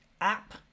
app